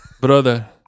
brother